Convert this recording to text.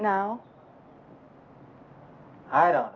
now i don't